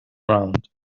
round